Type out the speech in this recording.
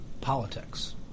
politics